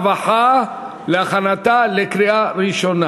הרווחה והבריאות נתקבלה.